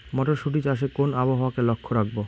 মটরশুটি চাষে কোন আবহাওয়াকে লক্ষ্য রাখবো?